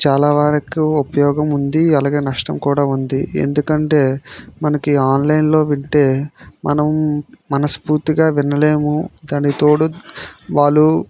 చాలా వరకు ఉపయోగముంది అలాగే నష్టం కూడా ఉంది ఎందుకంటే మనకి ఆన్లైన్లో వింటే మనం మనస్ఫూర్తిగా వినలేము దానికి తోడు వాళ్ళు